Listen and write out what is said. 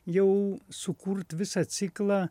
jau sukurt visą ciklą